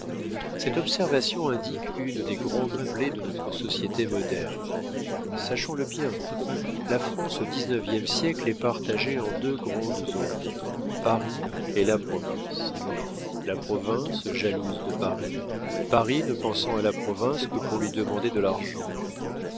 cette observation indique une des grandes plaies de notre société moderne sachons le bien la france au dix-neuvième siècle est partagée en deux grandes zones paris et la province la province jalouse de paris paris ne pensant à la province que pour lui demander de l'argent